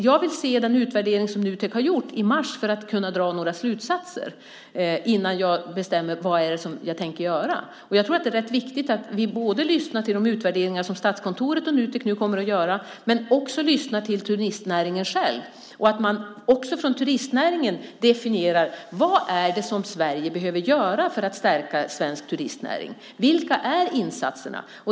Jag vill se Nuteks utvärdering i mars för att kunna dra några slutsatser innan jag bestämmer vad jag tänker göra. Jag tror att det är rätt viktigt att vi tar del av de utvärderingar som Statskontoret och Nutek nu kommer att göra men också lyssnar till turistnäringen själv. Det är också viktigt att man från turistnäringen definierar vad Sverige behöver göra för att stärka svensk turistnäring. Vilka är insatserna?